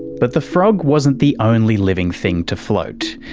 but the frog wasn't the only living thing to float,